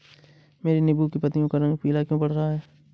मेरे नींबू की पत्तियों का रंग पीला क्यो पड़ रहा है?